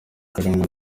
karangwa